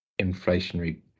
inflationary